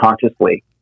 consciously